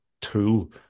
tool